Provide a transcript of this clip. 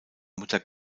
mutter